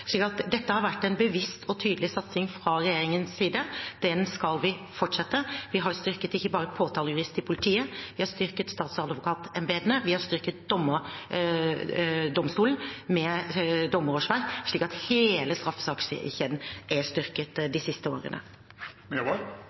dette har vært en bevisst og tydelig satsing fra regjeringens side. Den skal vi fortsette. Vi har styrket ikke bare påtalejuristene i politiet, men vi har styrket statsadvokatembetene. Vi har styrket domstolene med dommerårsverk, slik at hele straffesakskjeden er styrket de siste årene.